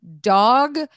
dog